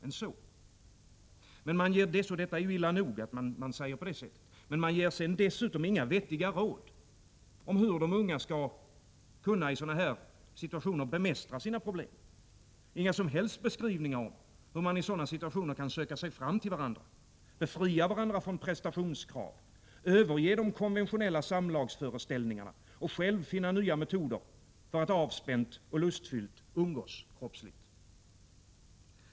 Detta är illa nog, men det ges dessutom inga vettiga råd hur de unga skall bemästra sådana problem, inga som helst beskrivningar om hur människor i dylika situationer kan söka sig fram till varandra, befria varandra från prestationskrav, överge de konventionella samlagsföreställningarna och själva finna nya metoder för att avspänt och lustfyllt umgås kroppsligt.